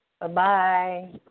Bye-bye